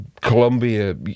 Colombia